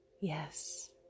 yes